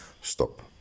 stop